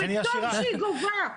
וטוב שהיא גובה.